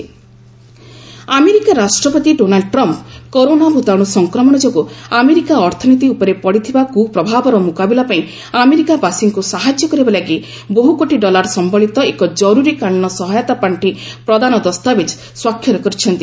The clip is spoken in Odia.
ୟୁଏସ୍ ଏଡ୍ ଆମେରିକା ରାଷ୍ଟ୍ରପତି ଡୋନାଲ୍ଡ ଟ୍ରମ୍ପ କରୋନା ଭୂତାଣୁ ସଂକ୍ରମଣ ଯୋଗୁଁ ଆମେରିକା ଅର୍ଥନୀତି ଉପରେ ପଡ଼ିଥିବା କୁପ୍ରଭାବର ମୁକାବିଲା ପାଇଁ ଆମେରିକାବାସୀଙ୍କୁ ସାହାଯ୍ୟ କରିବା ଲାଗି ବହୁକୋଟି ଡଲାର ସମ୍ଭଳିତ ଏକ ଜରୁରୀକାଳୀନ ସହାୟତା ପାଣ୍ଡି ପ୍ରଦାନ ଦସ୍ତାବିଜ ସ୍ୱାକ୍ଷର କରିଛନ୍ତି